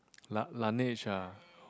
la~ Laneige ah